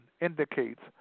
indicates